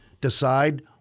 decide